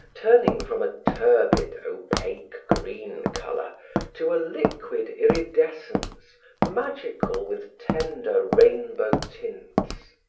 turning from a turbid, opaque, green color to a liquid iridescence magical with tender rainbow tints.